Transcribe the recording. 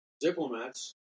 diplomats